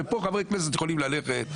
ופה חברי כנסת יכולים ללכת,